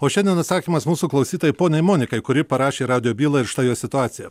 o šiandien atsakymas mūsų klausytojai poniai monikai kuri parašė radijo bylai ir šitai jos situacija